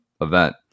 event